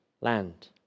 land